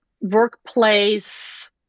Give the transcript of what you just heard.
workplace